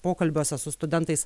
pokalbiuose su studentais